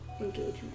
Engagement